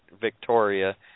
Victoria